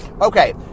Okay